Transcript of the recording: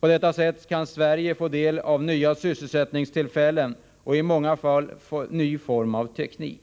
På detta sätt kan Sverige få del av nya sysselsättningstillfällen och i många fall ny form av teknik.